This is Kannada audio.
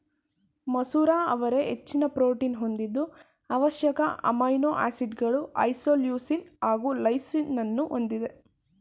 ಮಸೂರ ಅವರೆ ಹೆಚ್ಚಿನ ಪ್ರೋಟೀನ್ ಹೊಂದಿದ್ದು ಅವಶ್ಯಕ ಅಮೈನೋ ಆಸಿಡ್ಗಳು ಐಸೋಲ್ಯೂಸಿನ್ ಹಾಗು ಲೈಸಿನನ್ನೂ ಹೊಂದಿದೆ